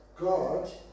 God